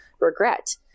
regret